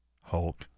Hulk